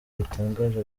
ritangaje